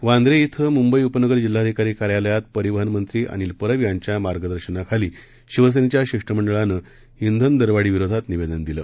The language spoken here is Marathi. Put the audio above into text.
वांद्रे इथं मुंबई उपनगर जिल्हाधिकारी कार्यालयात परिवहन मंत्री अनिल परब यांच्या मार्गदर्शनाखाली शिवसेनेच्या शिष्टमंडळानं इंधन दरवाढी विरोधात निवेदन दिलं